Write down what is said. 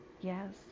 yes